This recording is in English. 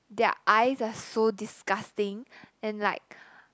their eyes are so disgusting and like